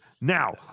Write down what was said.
Now